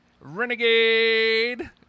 Renegade